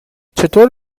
چطور